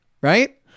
Right